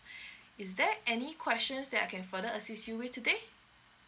is there any questions that I can further assist you with today